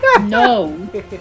No